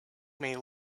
may